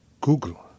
Google